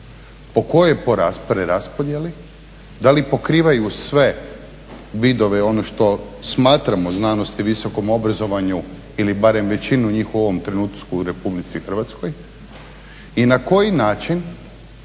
po kojoj preraspodjeli. Da li pokrivaju sve vidove ono što smatramo znanosti, visokom obrazovanju ili barem većinu njih u ovom trenutku u Republici Hrvatskoj i na koji način